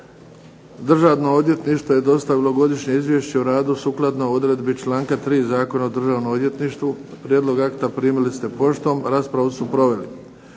Državno odvjetništvo je dostavilo godišnje izvješće o radu sukladno odredbi članka 3. Zakona o državnom odvjetništvu. Prijedlog akta primili ste poštom. Raspravu su proveli